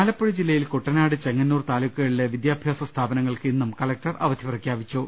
ആലപ്പുഴ ജില്ലയിൽ കുട്ടനാട് ചെങ്ങന്നൂർ താലൂക്കുകളിലെ വിദ്യാ ഭ്യാസ സ്ഥാപനങ്ങൾക്ക് ഇന്നും കലക്ടർ അവധി പ്രഖ്യാപിച്ചു